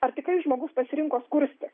ar tikrai žmogus pasirinko skursti